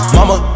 Mama